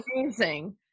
amazing